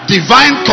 Divine